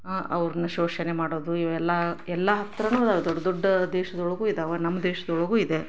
ಅವ್ರ್ನ ಶೋಷಣೆ ಮಾಡೋದು ಇವೆಲ್ಲಾ ಎಲ್ಲ ಹತ್ರವೂ ದೊಡ್ಡ ದೊಡ್ಡ ದೇಶದೊಳಗೂ ಇದ್ದಾವ ನಮ್ಮ ದೇಶದೊಳಗೂ ಇದೆ